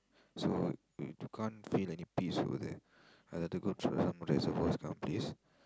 so you can't feel any peace over there I rather go to some reservoir this kind of place